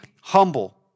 humble